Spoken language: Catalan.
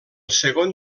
segon